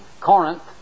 Corinth